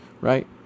Right